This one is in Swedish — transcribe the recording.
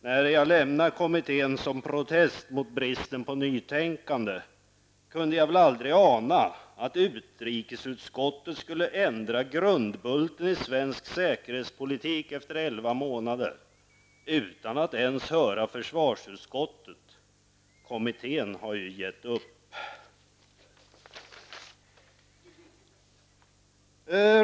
När jag lämnade kommittén som protest mot bristen på nytänkande kunde jag väl aldrig ana att utrikesutskottet skulle ändra grundbulten i svensk säkerhetspolitik efter elva månader utan att ens höra försvarsutskottet -- kommittén har ju gett upp.